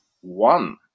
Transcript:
one